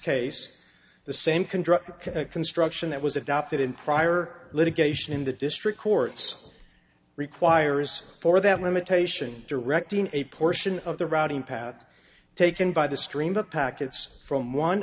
case the same can drop construction that was adopted in prior litigation in the district courts requires for that limitation directing a portion of the routing path taken by the stream of packets from one